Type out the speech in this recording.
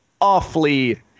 awfully